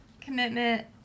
Commitment